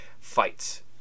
fights